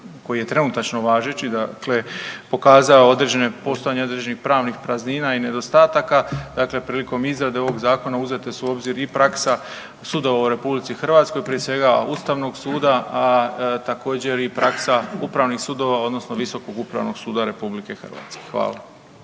koji je trenutačno važeći, dakle pokazao određene, postojanje određenih pravnih praznina i nedostataka, dakle prilikom izrade ovog Zakona uzete su u obzir i praksa sudova u RH, prije svega Ustavnog suda, a također, i praksa upravnih sudova, odnosno Visokog upravnog suda RH. Hvala.